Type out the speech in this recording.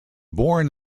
born